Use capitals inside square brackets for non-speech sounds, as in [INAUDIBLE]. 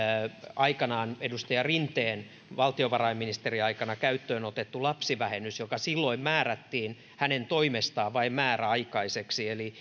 aikanaan edustaja rinteen valtiovarainministeriaikana käyttöön otettu lapsivähennys joka silloin määrättiin hänen toimestaan vain määräaikaiseksi eli [UNINTELLIGIBLE]